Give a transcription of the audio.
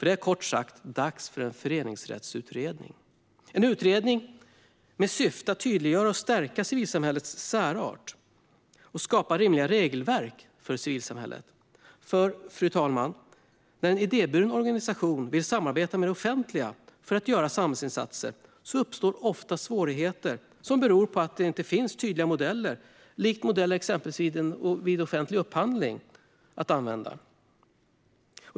Det är kort sagt dags för en föreningsrättsutredning - en utredning med syfte att tydliggöra och stärka civilsamhällets särart och skapa rimliga regelverk för civilsamhället. Fru talman! När en idéburen organisation vill samarbeta med det offentliga för att göra samhällsinsatser uppstår ofta svårigheter som beror på att det inte finns tydliga modeller - likt modeller vid exempelvis offentlig upphandling - att använda.